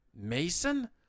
Mason